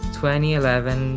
2011